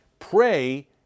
Pray